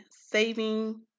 Saving